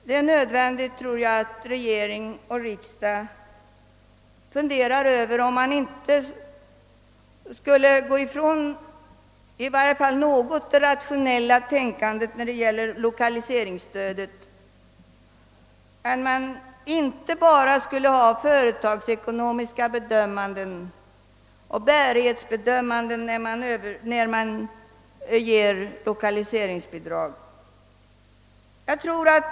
Det är nödvändigt att regering och riksdag funderar över om man inte kan gå ifrån något av det rationella tänkandet när det gäller lokaliseringsstödet och inte bara anlägga företagsekonomiska synpunkter och göra bärighetsbedömningar då man ger lokaliseringsbidrag.